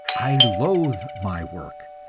i loath my work.